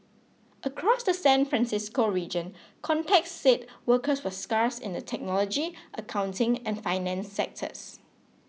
across the San Francisco region contacts said workers were scarce in the technology accounting and finance sectors